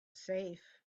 safe